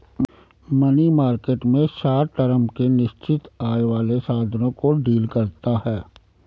money market में short term के निश्चित आय वाले साधनों को डील करता है